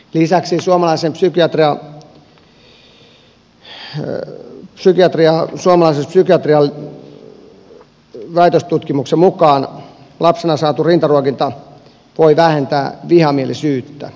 lisäksi suomalaisen psykiatrian väitöstutkimuksen mukaan lapsena saatu rintaruokinta voi vähentää vihamielisyyttä